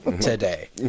today